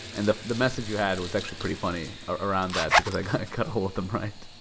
and the the message you had was actually pretty funny around that because i got got all of them right.